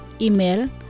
Email